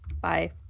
bye